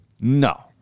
No